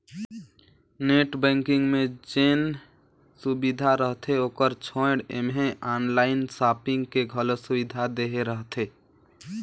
net banking मे जेन सुबिधा रहथे ओकर छोयड़ ऐम्हें आनलाइन सापिंग के घलो सुविधा देहे रहथें